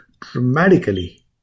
dramatically